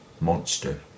monster